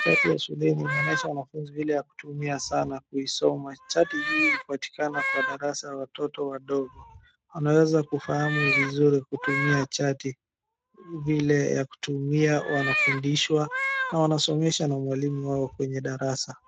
Chati ya shuleni. Inaonyesha wanafunzi vile ya kutumia saa na kuisoma. Chati hii hupatikana kwa darasa ya watoto wadogo. Wanaweza kufahamu vizuri kutumia chati, vile ya kutumia wanafundishwa, na wanasomeshwa na mwalimu wao kwenye darasa.